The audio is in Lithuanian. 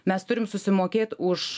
mes turim susimokėt už